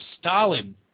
Stalin